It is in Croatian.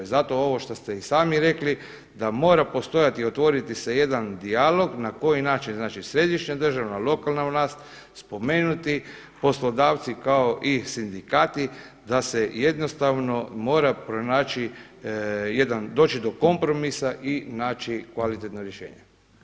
I zato ovo što ste i sami rekli da mora postojati i otvoriti se jedan dijalog na koji način, znači središnja država, lokalna vlast, spomenuti poslodavci kao i sindikati da se jednostavno mora pronaći jedan, doći do kompromisa i naći kvalitetno rješenje.